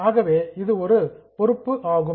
ஆகவே இது ஒரு லியாபிலிடி பொறுப்பு ஆகும்